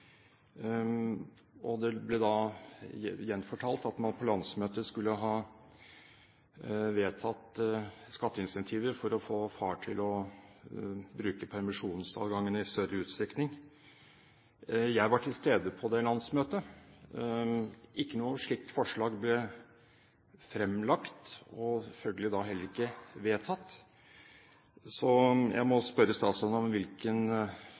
og det ble gjenfortalt at man på landsmøtet skulle ha vedtatt skatteincentiver for å få far til å bruke permisjonsadgangen i større utstrekning. Jeg var til stede på det landsmøtet. Ikke noe slikt forslag ble fremlagt, og følgelig da heller ikke vedtatt. Så jeg må spørre statsråden om hvilken